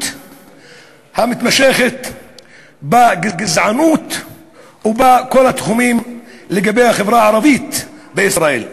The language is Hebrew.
המתמשכת בגזענות ובכל התחומים לגבי החברה הערבית בישראל.